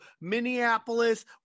Minneapolis